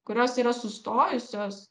kurios yra sustojusios